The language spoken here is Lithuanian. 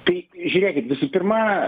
tai žiūrėkit visų pirma